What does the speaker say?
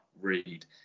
read